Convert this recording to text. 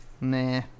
Nah